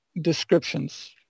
descriptions